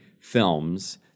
films